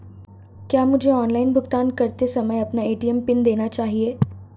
क्या मुझे ऑनलाइन भुगतान करते समय अपना ए.टी.एम पिन देना चाहिए?